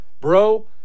bro